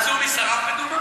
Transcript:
יהודה, מצאו כבר מי שרף בדומא?